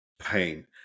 pain